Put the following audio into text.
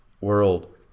world